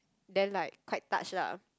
then like quite touched lah